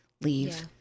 leave